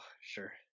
sure